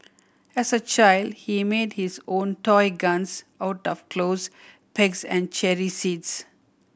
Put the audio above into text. as a child he made his own toy guns out of clothes pegs and cherry seeds